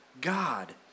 God